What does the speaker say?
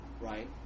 Right